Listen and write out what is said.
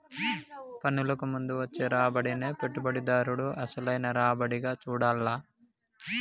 పన్నులకు ముందు వచ్చే రాబడినే పెట్టుబడిదారుడు అసలైన రాబడిగా చూడాల్ల